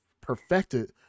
perfected